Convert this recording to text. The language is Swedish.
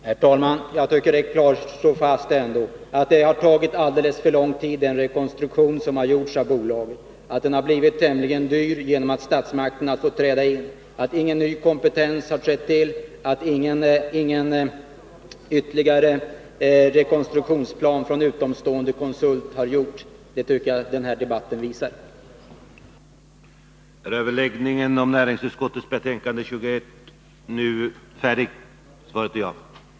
Herr talman! Det kan klart slås fast att rekonstruktionen av bolaget har tagit alltför lång tid att genomföra, att den har blivit tämligen dyr genom att statsmakterna har fått träda in, att ingen ny kompetens har skjutits till, att ingen ytterligare rekonstruktionsplan från utomstående konsulter har gjorts. Detta tycker jag att den här debatten har visat.